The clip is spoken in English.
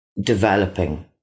developing